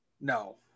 no